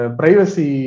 privacy